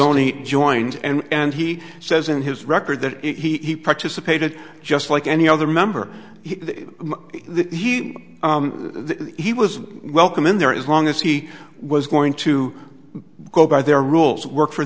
only joined and he says in his record that he participated just like any other member he he was welcome in there is long as he was going to go by their rules work for